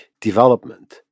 development